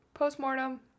postmortem